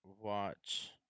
watch